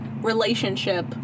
relationship